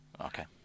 okay